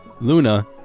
Luna